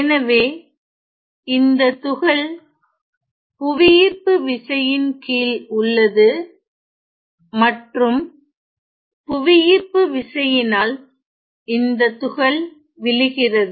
எனவே இந்த துகள் புவியீர்ப்புவிசையின்கீழ் உள்ளது மற்றும் புவியீர்ப்புவிசையினால் இந்த துகள் விழுகிறது